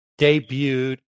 debuted